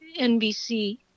NBC